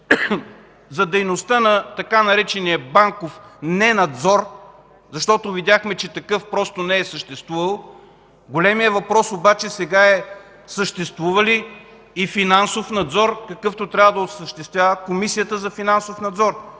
за дейността на така наречения „банков ненадзор”, защото видяхме, че такъв просто не е съществувал. Големият въпрос обаче сега е: съществува ли и финансов надзор, какъвто трябва да осъществява Комисията за финансов надзор?